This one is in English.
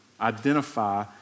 Identify